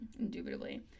indubitably